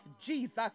Jesus